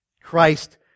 Christ